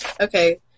Okay